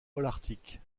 holarctique